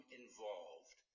involved